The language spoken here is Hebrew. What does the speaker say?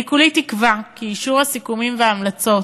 אני כולי תקווה כי אישור הסיכומים וההמלצות